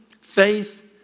faith